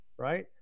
Right